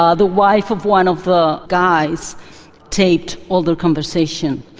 ah the wife of one of the guys taped all their conversation.